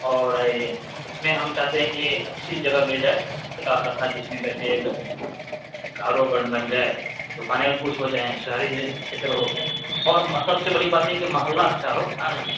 اور اس میں ہم چاہتے ہیں کہ اچھی جگہ مل جائے دو چار کھٹا جس میں اچھے گھر ور بن جائے دکانیں کچھ ہو جائیں شہری چھیتر ہو اور سب سے بڑی بات یہ کہ محلہ اچھا ہو ہے نا